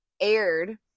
aired